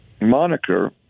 moniker